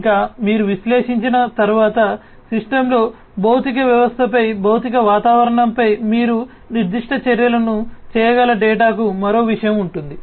ఇంకా మీరు విశ్లేషించిన తర్వాత సిస్టమ్లో భౌతిక వ్యవస్థపై భౌతిక వాతావరణంపై మీరు నిర్దిష్ట చర్యలను చేయగల డేటాకు మరో విషయం ఉంది